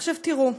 עכשיו, תראו,